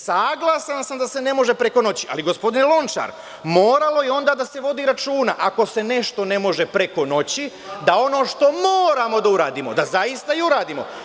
Saglasan sam da se ne može preko noći, ali gospodine Lončar, moralo je onda da se vodi računa, ako se nešto ne može preko noći, da ono što moramo da uradimo, da zaista i uradimo.